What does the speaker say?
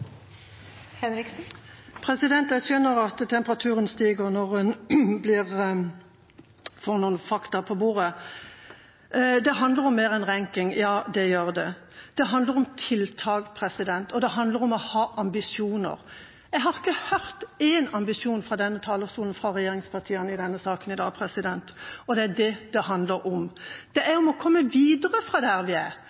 Jeg skjønner at temperaturen stiger når en får noen fakta på bordet. Det handler om mer enn ranking – ja, det gjør det. Det handler om tiltak, og det handler om å ha ambisjoner. Jeg har ikke hørt én ambisjon fra regjeringspartiene fra denne talerstolen i denne saken i dag. Det er det det handler om – å komme videre fra der vi er.